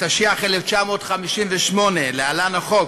התשי"ח 1958, להלן: החוק.